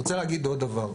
אני רוצה להגיד עוד דבר.